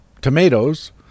tomatoes